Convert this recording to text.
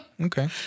Okay